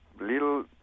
little